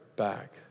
back